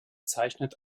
zeichnet